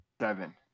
seven